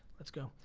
let's go,